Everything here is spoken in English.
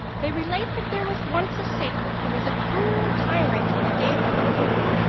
they relate that there was once a saker who was a cruel tyrant in the days of his youth,